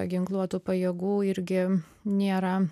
ginkluotų pajėgų irgi nėra